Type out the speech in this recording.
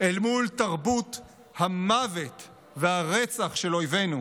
אל מול תרבות המוות והרצח של אויבינו.